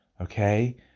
Okay